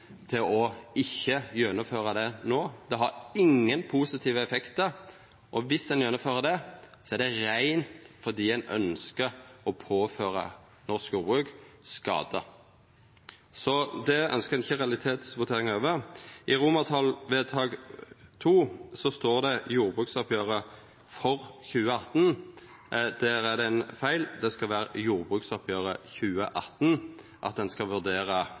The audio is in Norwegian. til ikkje å gjennomføra det no. Det har ingen positive effektar. Og dersom ein gjennomfører det, er det berre fordi ein ønskjer å påføra norsk jordbruk skade. Så det ønskjer ein ikkje realitetsvotering over. I II, om at ein skal vurdera driftsvansketilskotet, står det «jordbruksoppgjøret for 2018». Der er det ein feil. Det skal vera «jordbruksoppgjøret 2018». Jordbruksoppgjeret 2018